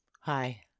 Hi